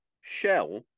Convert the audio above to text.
Shell